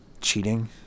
Cheating